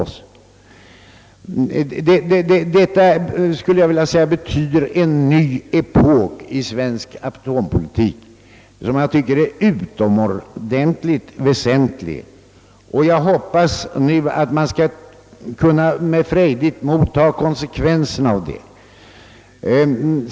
Detta betyder, skulle jag vilja säga, en ny epok i svensk atompolitik, och jag hoppas nu att man skall ta konsekvenserna därav.